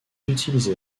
utilisé